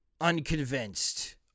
unconvinced